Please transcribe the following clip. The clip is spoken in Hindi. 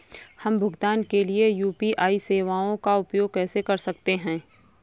हम भुगतान के लिए यू.पी.आई सेवाओं का उपयोग कैसे कर सकते हैं?